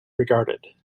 regarded